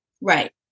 Right